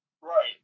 Right